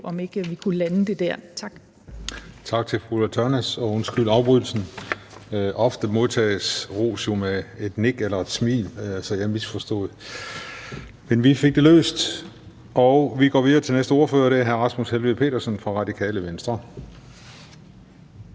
Den fg. formand (Christian Juhl): Tak til fru Ulla Tørnæs, og undskyld afbrydelsen. Ofte modtages ros jo bare med et nik eller et smil, så jeg misforstod det, men vi fik det løst. Vi går videre til den næste ordfører, og det er hr. Rasmus Helveg Petersen fra Radikale Venstre.